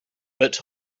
but